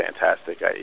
fantastic